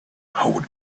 how